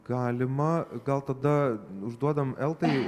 galima gal tada užduodam eltai